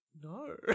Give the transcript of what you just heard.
no